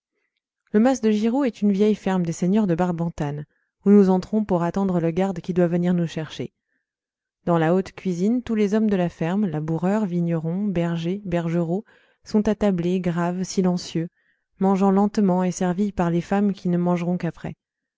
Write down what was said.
le mas de giraud est une vieille ferme des seigneurs de barbentane où nous entrons pour attendre le garde qui doit venir nous chercher dans la haute cuisine tous les hommes de la ferme laboureurs vignerons bergers bergerots sont attablés graves silencieux mangeant lentement et servis par les femmes qui ne mangeront qu'après